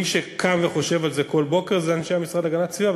מי שקם וחושב על זה כל בוקר הם אנשי המשרד להגנת הסביבה,